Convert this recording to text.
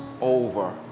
over